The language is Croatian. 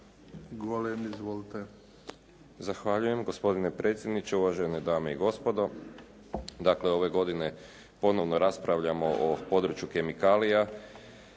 Golem. Izvolite.